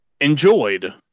enjoyed